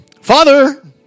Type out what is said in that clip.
Father